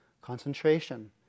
concentration